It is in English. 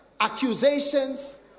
accusations